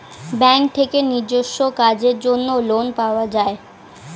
bank থেকে নিজস্ব কাজের জন্য লোন পাওয়া যায়